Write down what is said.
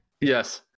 Yes